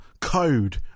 code